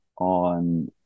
on